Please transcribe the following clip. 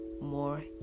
more